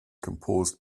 composed